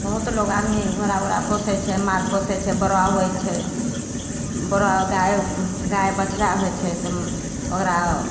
बहुत लोक आदमी घोड़ा वोड़ा पोसै छै माल पोसै छै बड़ऽ होइ छै बड़ऽ गाइ गाइ बछड़ा होइ छै तऽ ओकरा